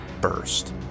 burst